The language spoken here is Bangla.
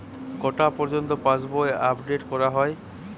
কটা পযর্ন্ত পাশবই আপ ডেট করা হয়?